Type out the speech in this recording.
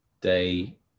day